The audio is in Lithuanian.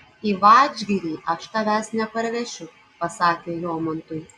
į vadžgirį aš tavęs neparvešiu pasakė jomantui